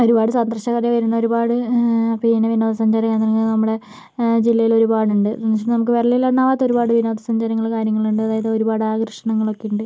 ഒരുപാട് സന്ദർശകർ വരുന്ന ഒരുപാട് പിന്നെ വിനോദ സഞ്ചാരകേന്ദ്രങ്ങൾ നമ്മുടെ ജില്ലയിൽ ഒരുപാടുണ്ട് എന്ന് വെച്ചിട്ടുണ്ടെങ്കിൽ നമുക്ക് വിരലിൽ എണ്ണാനാവാത്ത ഒരുപാട് വിനോദസഞ്ചാരങൾ കാര്യങ്ങളുണ്ട് അതായത് ഒരുപാട് ആകർഷണങ്ങൾ ഒക്കെ ഉണ്ട്